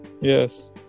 Yes